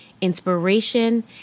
inspiration